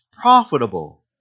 profitable